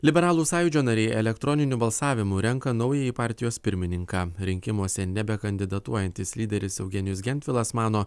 liberalų sąjūdžio nariai elektroniniu balsavimu renka naująjį partijos pirmininką rinkimuose nebekandidatuojantis lyderis eugenijus gentvilas mano